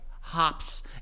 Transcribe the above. hops